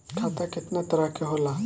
खाता केतना तरह के होला?